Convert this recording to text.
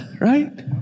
Right